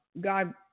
God